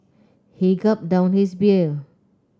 he gulped down his beer